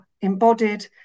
embodied